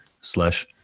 slash